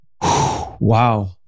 Wow